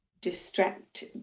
distract